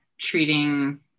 treating